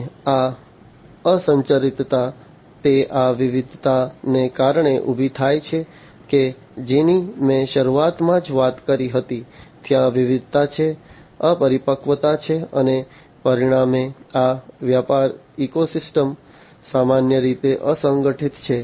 અને આ અસંરચિતતા તે આ વિવિધતાને કારણે ઊભી થાય છે કે જેની મેં શરૂઆતમાં જ વાત કરી હતી ત્યાં વિવિધતા છે અપરિપક્વતા છે અને પરિણામે આ વ્યાપાર ઇકોસિસ્ટમ્સ સામાન્ય રીતે અસંગઠિત છે